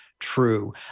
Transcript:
true